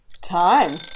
time